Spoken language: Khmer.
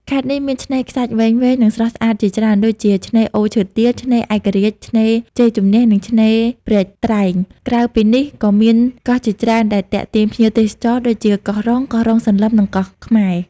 ខេត្តនេះមានឆ្នេរខ្សាច់វែងៗ និងស្រស់ស្អាតជាច្រើនដូចជា ឆ្នេរអូឈើទាល ឆ្នេរឯករាជ្យ ឆ្នេរជ័យជំនះ និងឆ្នេរព្រែកត្រែង។ ក្រៅពីនេះ ក៏មានកោះជាច្រើនដែលទាក់ទាញភ្ញៀវទេសចរ ដូចជាកោះរុង កោះរុងសន្លឹម និងកោះខ្មែរ។